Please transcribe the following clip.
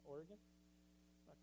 Oregon